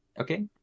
Okay